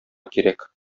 кирәк